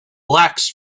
blacks